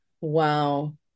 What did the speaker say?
Wow